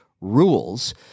rules